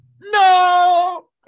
no